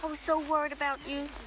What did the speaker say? um so worried about you.